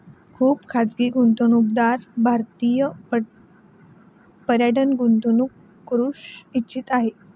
खुप खाजगी गुंतवणूकदार भारतीय पर्यटनात गुंतवणूक करू इच्छित आहे